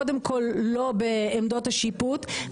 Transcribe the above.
קודם כל לא בעמדות השיפוט,